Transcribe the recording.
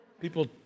People